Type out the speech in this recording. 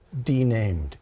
denamed